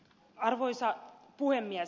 arvoisa puhemies